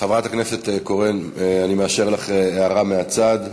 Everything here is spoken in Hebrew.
של חבר הכנסת איציק שמולי.